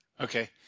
Okay